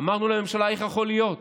אמרנו לממשלה: איך יכול להיות?